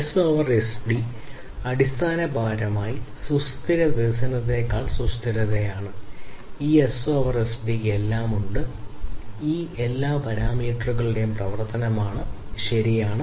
S over SD അടിസ്ഥാനപരമായി സുസ്ഥിര വികസനത്തേക്കാൾ സുസ്ഥിരതയാണ് ഈ എസ് ഓവർ എസ്ഡിക്ക് എല്ലാം ഉണ്ട് ഈ എല്ലാ പാരാമീറ്ററുകളുടെയും പ്രവർത്തനമാണ് ശരിയാണ്